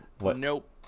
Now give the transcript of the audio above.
Nope